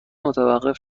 متوقف